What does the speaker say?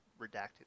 redacted